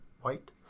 white